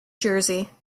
jersey